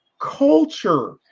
culture